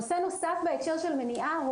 נושא נוסף בהקשר של מניעה,